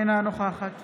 אינה נוכחת